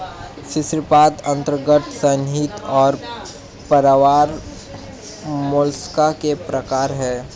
शीर्शपाद अंतरांग संहति और प्रावार मोलस्का के प्रकार है